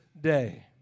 day